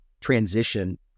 transition